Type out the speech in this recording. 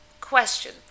question